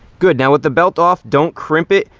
good, now with the belt off, don't crimp it,